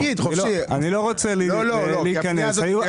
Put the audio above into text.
אני לא רוצה להיכנס לזה.